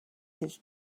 his